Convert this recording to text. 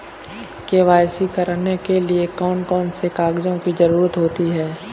KYC करने के लिए कौन कौन से कागजों की जरूरत होती है?